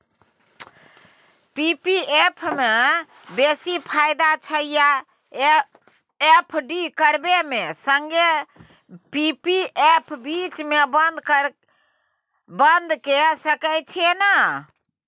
P P F म बेसी फायदा छै या एफ.डी करबै म संगे पी.पी एफ बीच म बन्द के सके छियै न?